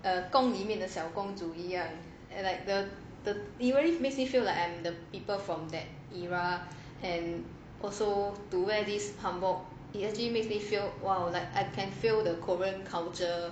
宫里面的小公主一样 and like the the the really makes me feel like I am the people from that era and also to wear this hanbok it actually makes me feel !wow! like I can feel the korean culture